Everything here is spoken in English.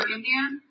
Indian